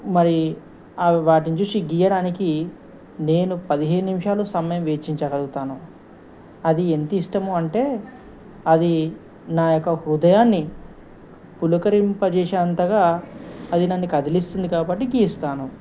మరి అవి వాటిని చూసి గీయడానికి నేను పదిహేను నిమిషాలు సమయం వేచ్చించగలుగుతాను అది ఎంత ఇష్టము అంటే అది నా యొక్క హృదయాన్ని పులకరింపజేసే అంతగా అది నన్ను కదిలిస్తుంది కాబట్టి గీస్తాను